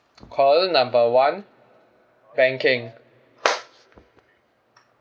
call number one banking